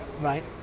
right